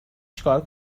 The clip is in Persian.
چیکار